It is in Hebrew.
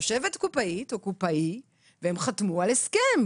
יושבת קופאית או קופאי והם חתמו על הסכם,